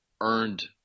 earned